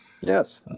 yes